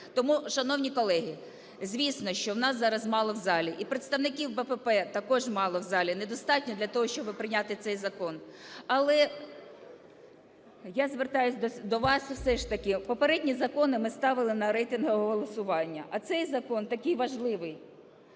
Тому, шановні колеги, звісно, що нас зараз мало в залі, і представників БПП також мало в залі, недостатньо для того, щоб прийняти цей закон. Але я звертаюся до вас все ж таки. Попередні закони ми ставили на рейтингове голосування, а цей закон такий важливий